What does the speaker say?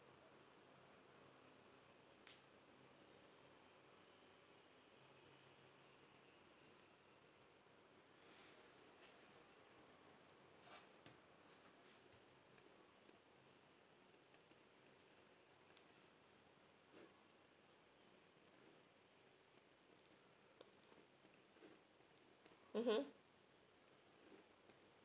mmhmm